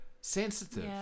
sensitive